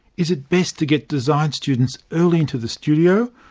is it best to get design students early into the studio,